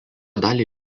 dalį